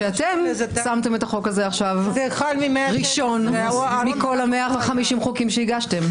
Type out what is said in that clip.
אתם שמתם את החוק הזה עכשיו ראשון מכל ה-150 חוקים שהגשתם.